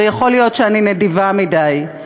ויכול להיות שאני נדיבה מדי.